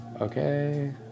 Okay